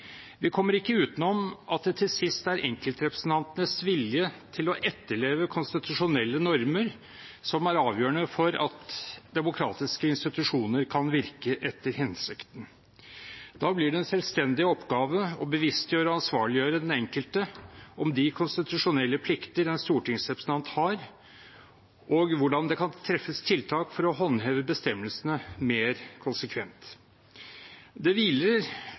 Vi kommer ikke utenom at det til sist er enkeltrepresentantenes vilje til å etterleve konstitusjonelle normer som er avgjørende for om demokratiske institusjoner kan virke etter hensikten. Da blir det en selvstendig oppgave å bevisstgjøre og ansvarliggjøre den enkelte om de konstitusjonelle plikter en stortingsrepresentant har, og hvordan det kan treffes tiltak for å håndheve bestemmelsene mer konsekvent. Det hviler